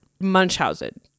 Munchausen